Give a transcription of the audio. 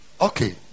Okay